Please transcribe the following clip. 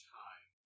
time